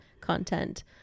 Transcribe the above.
content